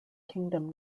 kingdom